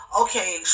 okay